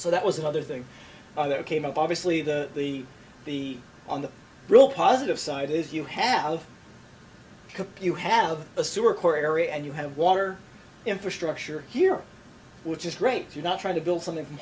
so that was another thing that came up obviously the the the on the real positive side is you have computer have a sewer core area and you have water infrastructure here which is great you're not trying to build something from